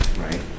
right